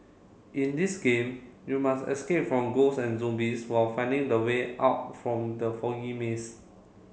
in this game you must escape from ghosts and zombies while finding the way out from the foggy maze